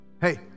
Hey